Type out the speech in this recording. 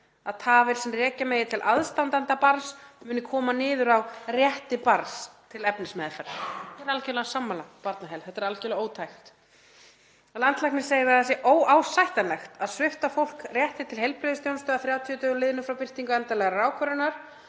að tafir sem rekja megi til aðstandenda barns muni koma niður á rétti barns til efnismeðferðar. Ég er algjörlega sammála Barnaheillum. Þetta er algerlega ótækt. Landlæknir segir að það sé óásættanlegt að svipta fólk rétti til heilbrigðisþjónustu að 30 dögum liðnum frá birtingu endanlegrar ákvörðunar,